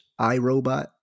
iRobot